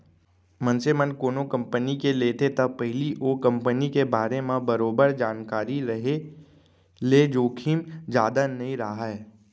मनसे मन कोनो कंपनी के लेथे त पहिली ओ कंपनी के बारे म बरोबर जानकारी रेहे ले जोखिम जादा नइ राहय